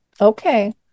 Okay